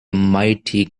mighty